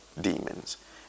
demons